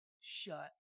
shut